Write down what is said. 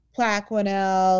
Plaquenil